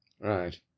Right